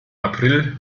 april